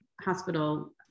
Hospital